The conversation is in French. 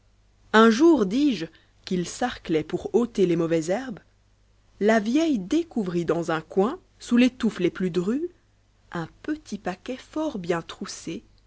un jour dis-je qu'ils sarclaient pour ôter les mauvaises herbes la vieille découvrit dans un coin sous tes touffes les plus drues un petit paquet fort bien trousse